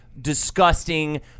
disgusting